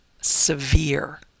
severe